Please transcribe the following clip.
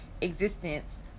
existence